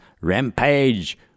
rampage